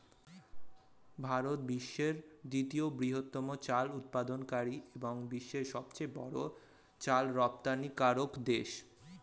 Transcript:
ভারত বিশ্বের দ্বিতীয় বৃহত্তম চাল উৎপাদনকারী এবং বিশ্বের সবচেয়ে বড় চাল রপ্তানিকারক দেশ